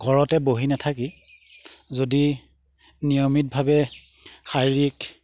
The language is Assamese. ঘৰতে বহি নাথাকি যদি নিয়মিতভাৱে শাৰীৰিক